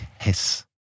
HISS